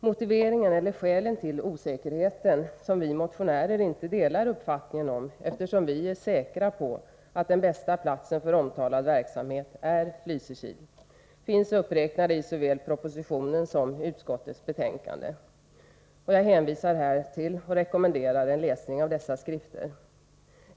Motiveringarna och skälen till osäkerheten — vilka vi motionärer inte håller med om, eftersom vi är säkra på att den bästa platsen för den aktuella verksamheten är Lysekil — finns uppräknade såväl i propositionen som i utskottets betänkande. Jag hänvisar till och rekommenderar en läsning av dessa skrifter.